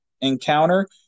encounter